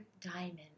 diamond